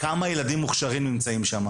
כמה ילדים מוכשרים נמצאים שם.